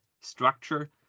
structure